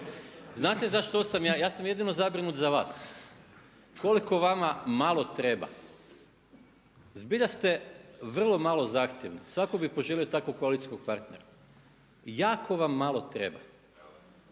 Znate za što sam ja, ja sam jedino zabrinut za vas, koliko vama malo treba. Zbilja ste vrlo malo zahtjevni, svatko bi poželio takvog koalicijskog partnera, jako vam malo treba.